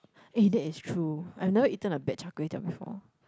eh that is true I've never eaten a bad char-kway-teow before